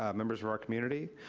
um members of our community.